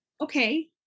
Okay